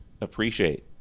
appreciate